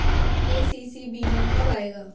KCC बीमा कब आएगा?